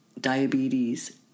diabetes